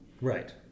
Right